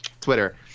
Twitter